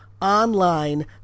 online